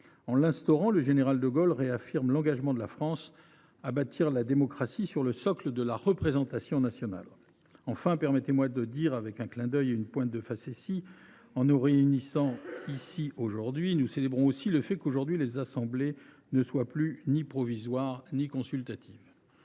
En l’instaurant, le général de Gaulle réaffirme l’engagement de la France à bâtir la démocratie sur le socle de la représentation nationale. Troisièmement, permettez moi de le dire dans un clin d’œil avec une pointe de facétie, en nous réunissant aujourd’hui, nous célébrons aussi le fait que, désormais, les assemblées ne soient plus ni provisoires ni consultatives…